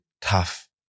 tough